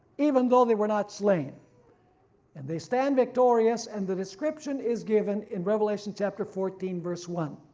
even though they were not slain and they stand victorious, and the description is given in revelation chapter fourteen verse one.